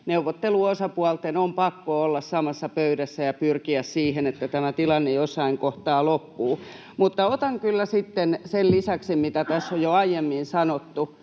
neuvotteluosapuolten on pakko olla samassa pöydässä ja pyrkiä siihen, että tämä tilanne jossain kohtaa loppuu. Mutta otan kyllä sitten sen lisäksi, mitä tässä on jo aiemmin sanottu,